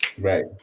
Right